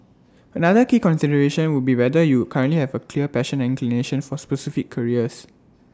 another key consideration would be whether you currently have A clear passion and inclination for specific careers